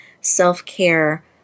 self-care